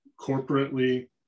corporately